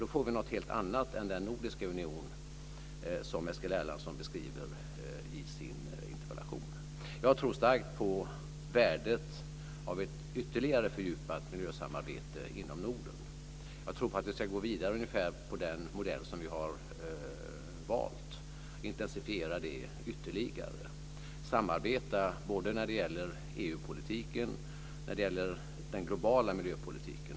Då får vi något helt annat än den nordiska union som Eskil Erlandsson beskriver i sin interpellation. Jag tror starkt på värdet av ett ytterligare fördjupat miljösamarbete inom Norden. Jag tror att vi ska gå vidare på den modell som vi har valt, intensifiera det ytterligare, samarbeta både när det gäller EU politiken och när det gäller den globala miljöpolitiken.